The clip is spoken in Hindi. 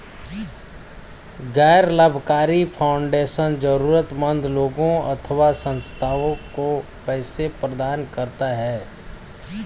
गैर लाभकारी फाउंडेशन जरूरतमन्द लोगों अथवा संस्थाओं को पैसे प्रदान करता है